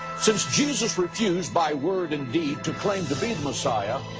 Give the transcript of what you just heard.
since jesus refused by word and deed to claim to be the messiah,